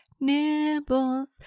Nibbles